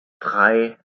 drei